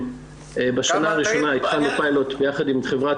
בשנה הראשונה התחלנו פיילוט יחד עם חברת